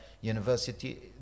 university